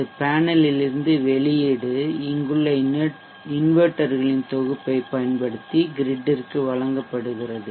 இந்த பேனலில் இருந்து வெளியீடு இங்குள்ள இன்வெர்ட்டர்களின் தொகுப்பைப் பயன்படுத்தி கிரிட்ற்கு வழங்கப்படுகிறது